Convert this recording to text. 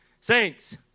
Saints